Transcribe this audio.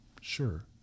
Sure